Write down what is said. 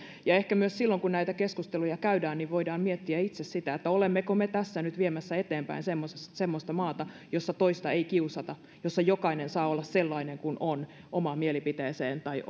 ehkä myös silloin kun näitä keskusteluja käydään voidaan miettiä itse sitä olemmeko me tässä nyt viemässä eteenpäin semmoista semmoista maata jossa toista ei kiusata jossa jokainen saa olla sellainen kuin on omasta mielipiteestään tai